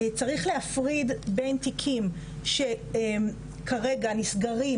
צריך להפריד בין תיקים שכרגע נסגרים